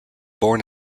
born